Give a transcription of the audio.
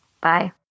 Bye